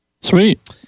Sweet